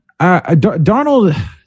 Darnold